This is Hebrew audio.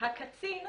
מי שישלם את הקנס,